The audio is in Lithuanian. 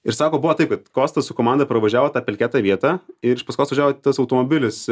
ir sako buvo taip kad kostas su komanda pravažiavo tą pelkėtą vietą ir iš paskos važiavo tas automobilis